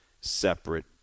separate